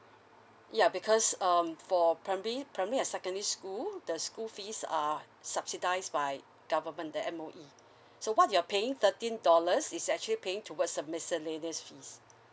ya because um for primary primary and secondary school the school fees are subsidised by government the M_O_E so what you're paying thirteen dollars is actually paying towards the miscellaneous fees